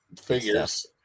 figures